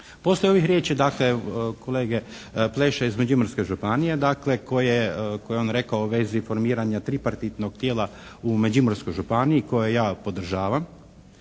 Poslije ovih riječi, dakle, kolege Pleše iz Međimurske županije koje je on rekao u vezi formiranja tripartitnog tijela u Međimurskoj županiji koje ja podržavam